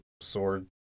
sword